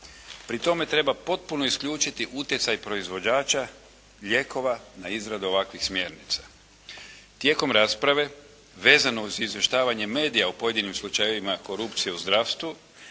Pri tome treba potpuno isključiti utjecaj proizvođača lijekova na izradu ovakvih smjernica. Tijekom rasprave, vezano uz izvještavanje medija o pojedinim slučajevima korupcije u zdravstvu,